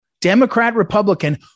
Democrat-Republican